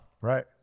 Right